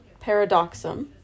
paradoxum